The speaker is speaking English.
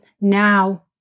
Now